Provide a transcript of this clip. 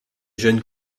jeune